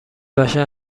بشر